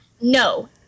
no